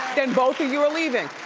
then both of you are leaving.